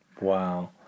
Wow